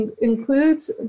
includes